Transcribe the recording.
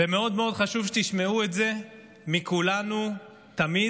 ומאוד מאוד חשוב שתשמעו את זה מכולנו תמיד.